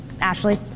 Ashley